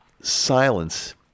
silence